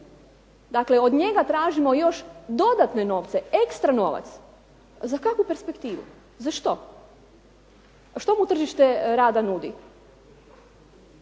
Dakle, od njega tražimo još dodatne novce ekstranovac, a za kakvu perspektivu za što? Što mu tržište rada nudi?